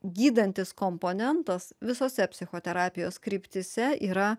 gydantis komponentas visose psichoterapijos kryptyse yra